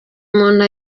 muntu